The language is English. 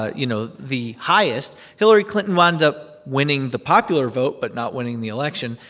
ah you know, the highest, hillary clinton wound up winning the popular vote but not winning the election.